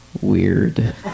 weird